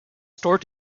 store